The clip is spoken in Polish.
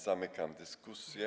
Zamykam dyskusję.